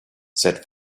said